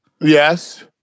Yes